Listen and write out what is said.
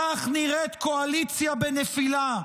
כך נראית קואליציה בנפילה,